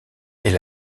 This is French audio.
est